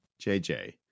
JJ